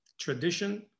tradition